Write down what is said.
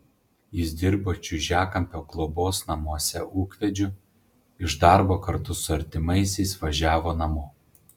jis dirbo čiužiakampio globos namuose ūkvedžiu iš darbo kartu su artimaisiais važiavo namo